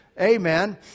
Amen